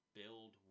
build